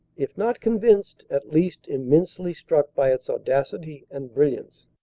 if not convinced, at least immensely struck by its audacity and brilliance.